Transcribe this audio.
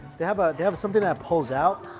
they have ah they have something that pulls out